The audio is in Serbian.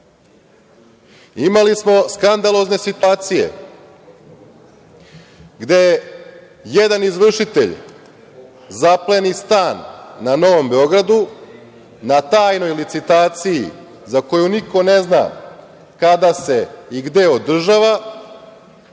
Imali smo skandalozne situacije gde jedan izvršitelj zapleni stan na Novom Beogradu, na tajnoj licitaciji za koju niko ne zna kada se i gde održava.